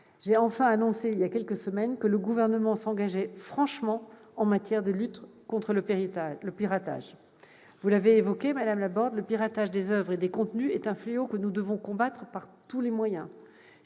J'ai enfin annoncé, il y a quelques semaines, que le Gouvernement s'engageait franchement en matière de lutte contre le piratage. Comme l'a indiqué Mme Laborde, le piratage des oeuvres et des contenus est un fléau que nous devons combattre par tous les moyens.